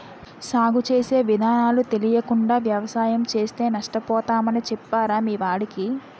సాగు చేసే విధానాలు తెలియకుండా వ్యవసాయం చేస్తే నష్టపోతామని చెప్పరా మీ వాడికి